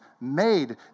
made